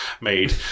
made